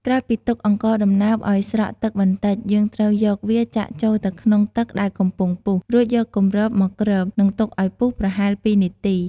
ក្រោយពីទុកអង្ករដំណើបឱ្យស្រក់ទឹកបន្តិច យើងត្រូវយកវាចាក់ចូលទៅក្នុងទឹកដែលកំពុងពុះ រួចយកគម្របមកគ្រប និងទុកឱ្យពុះប្រហែល២នាទី។